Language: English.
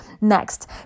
Next